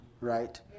right